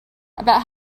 about